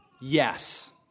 yes